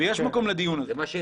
ויש מקום לדיון הזה.